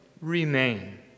remain